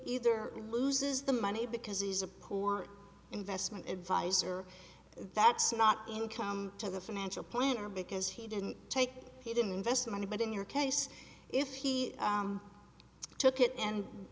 either loses the money because it is a poor investment advisor that's not income to the financial planner or because he didn't take he didn't invest money but in your case if he took it and